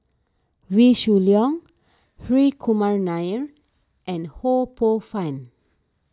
Wee Shoo Leong Hri Kumar Nair and Ho Poh Fun